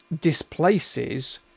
displaces